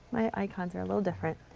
my icons are a little different.